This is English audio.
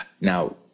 now